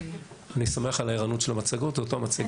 אני שמח על הערנות במצגות, זה אותה מצגת.